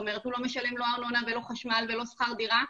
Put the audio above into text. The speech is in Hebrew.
לא ארנונה ולא חשמל ולא שכר דירה,